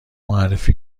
معرفی